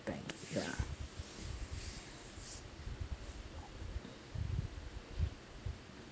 bank ya